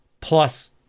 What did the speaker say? Plus